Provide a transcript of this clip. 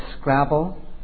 Scrabble